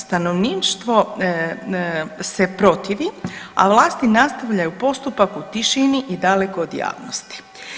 Stanovništvo se protivi, a vlasi nastavljaju postupak u tišini i daleko od javnosti.